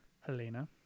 Helena